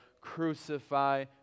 crucify